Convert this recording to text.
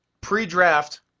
pre-draft